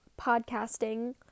podcasting